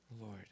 Lord